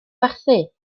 werthu